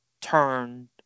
turned